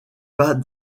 pas